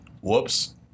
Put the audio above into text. Whoops